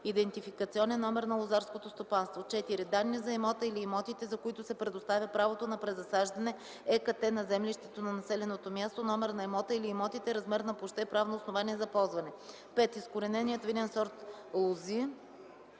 идентификационен номер на лозарското стопанство; 4. данни за имота или имотите, за които се предоставя правото на презасаждане – ЕКАТТЕ на землището на населеното място, номер на имота или имотите, размер на площта и правно основание за ползване; 5. изкорененият винен сорт лозиоти;